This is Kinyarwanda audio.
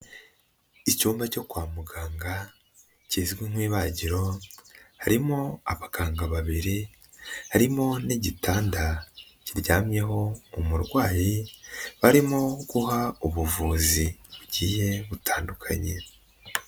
Icyumba cyo kwa muganga kizwi nk'ibagiro harimo abaganga babiri harimo n'igitanda kiryamyeho umurwayi, barimo guha ubuvuzi bugiye butandukanye.